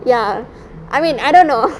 ya I mean I don't know